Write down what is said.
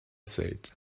said